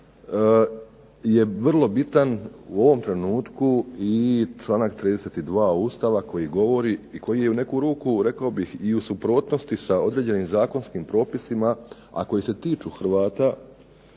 ali je vrlo bitan u ovom trenutku i članak 32. Ustava koji govori i koji je u neku ruku rekao bih i u suprotnosti sa određenim zakonskim propisima a koji se tiču Hrvata,